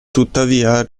tuttavia